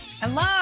hello